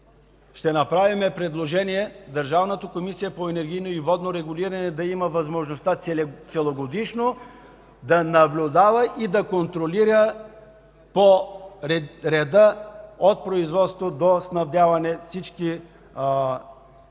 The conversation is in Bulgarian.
ще направим предложение Държавната комисия по енергийно и водно регулиране (ДКЕВР) да има възможността целогодишно да наблюдава и да контролира реда от производството до снабдяването във всички